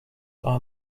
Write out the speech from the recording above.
are